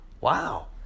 wow